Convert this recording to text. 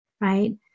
right